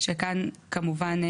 הכוונה כאן היא שכמובן,